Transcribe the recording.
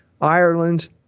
Ireland